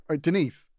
Denise